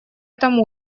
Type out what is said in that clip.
этом